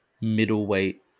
middleweight